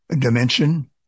dimension